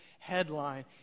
headline